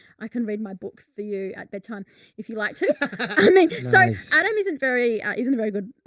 i can read my book for you at bedtime if you liked to. i mean, so adam isn't very, a, isn't a very good, ah,